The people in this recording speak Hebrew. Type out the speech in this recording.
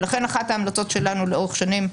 ולכן אחת ההמלצות שלנו לאורך שנים,